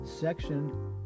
section